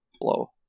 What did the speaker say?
Blow